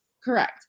Correct